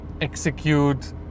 execute